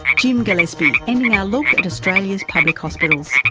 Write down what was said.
jim gillespie, ending our look at australia's public hospitals.